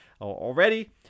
already